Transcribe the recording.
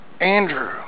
Andrew